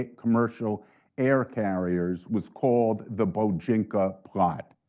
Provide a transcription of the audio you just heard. ah commercial air carriers was called the bojinka plot.